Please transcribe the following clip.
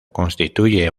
constituye